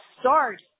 start